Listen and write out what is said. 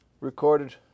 recorded